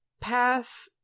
path